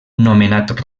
nomenat